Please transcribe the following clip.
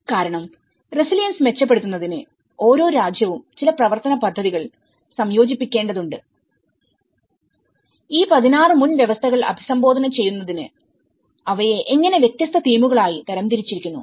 കാരണം റെസിലിയൻസ് മെച്ചപ്പെടുത്തുന്നതിന് ഓരോ രാജ്യവും ചില പ്രവർത്തന പദ്ധതികൾ സംയോജിപ്പിക്കേണ്ടതുണ്ട്ഈ 16 മുൻവ്യവസ്ഥകൾ അഭിസംബോധന ചെയ്യുന്നതിന് അവയെ എങ്ങനെ വ്യത്യസ്ത തീമുകളായി തരംതിരിച്ചിരിക്കുന്നു